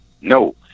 No